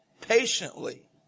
patiently